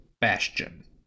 Bastion